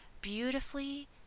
beautifully